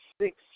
six